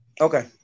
Okay